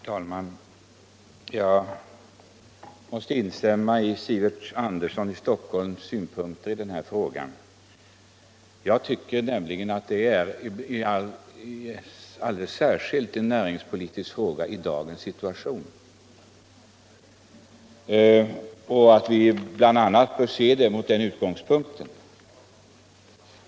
Herr talman! Jag måste instämma i herr Sivert Anderssons i Stockholm synpunkter i den här frågan. Jag tycker nämligen att det alldeles särskilt i dagens situation är en näringspolitisk fråga och att vi bl.a. bör se den från den utgångspunkten.